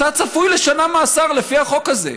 אתה צפוי לשנה מאסר לפי החוק הזה.